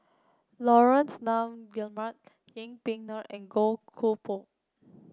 Laurence Nunn Guillemard Yeng Pway Ngon and Goh Koh Pui